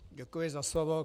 Děkuji za slovo.